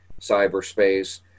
cyberspace